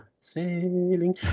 Sailing